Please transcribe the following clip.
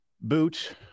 boot